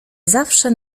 zawsze